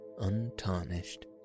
untarnished